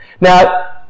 Now